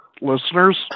listeners